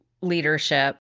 leadership